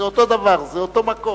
זה אותו דבר, זה אותו מקום.